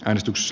äänestys